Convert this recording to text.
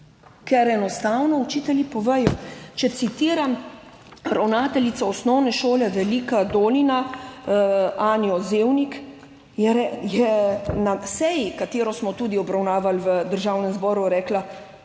Enostavno učitelji povedo, če citiram ravnateljico Osnovne šole Velika Dolina Anjo Zevnik, ki je na seji, katero smo tudi obravnavali v Državnem zboru, rekla,